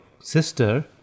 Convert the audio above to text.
sister